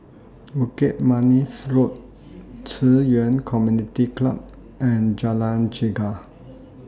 Bukit Manis Road Ci Yuan Community Club and Jalan Chegar